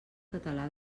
català